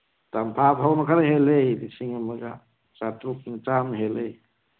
ꯇꯝꯐꯥ ꯐꯧꯅ ꯈꯔ ꯍꯦꯜꯂꯦ ꯂꯤꯁꯤꯡ ꯑꯃꯒ ꯆꯇꯔꯨꯛ ꯆꯥꯃ ꯍꯦꯜꯂꯦ